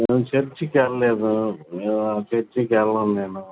మేము చర్చికి వెళ్ళలేదు మేము చర్చికి వెళ్ళను నేను